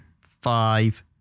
five